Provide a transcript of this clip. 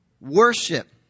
Worship